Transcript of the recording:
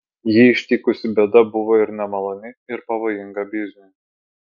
jį ištikusi bėda buvo ir nemaloni ir pavojinga bizniui